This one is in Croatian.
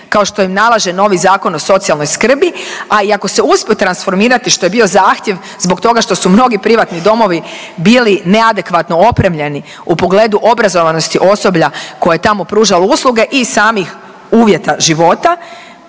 kao što im nalaže novi Zakon o socijalnoj skrbi, a i ako se uspiju transformirati, što je bio zahtjev zbog toga što su mnogi privatni domovi bili neadekvatno opremljeni u pogledu obrazovanosti osoblja koje je tamo pružalo usluge i samih uvjeta života